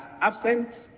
absent